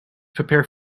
prepare